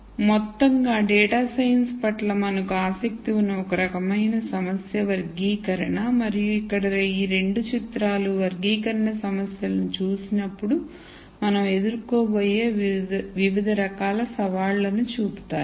కాబట్టి మొత్తంగా data science పట్ల మనకు ఆసక్తి ఉన్న ఒక రకమైన సమస్య వర్గీకరణ మరియు ఇక్కడ ఈ 2 చిత్రాలు వర్గీకరణ సమస్యలను చూసినప్పుడు మనం ఎదుర్కోబోయే వివిధ రకాల సవాళ్లను చూపుతాయి